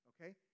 Okay